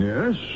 Yes